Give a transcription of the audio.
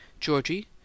Georgie